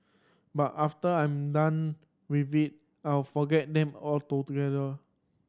but after I'm done with it I'll forget them